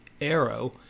arrow